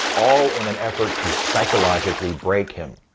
all in an effort to psychologically break him.